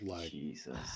Jesus